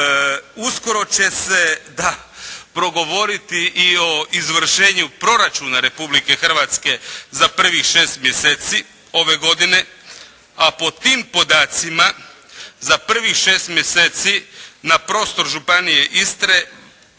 Uskoro će se da progovoriti i o izvršenju proračuna Republike Hrvatske za prvih 6 mjeseci ove godine, a po tim podacima za prvih 6 mjeseci na prostor Županije istarske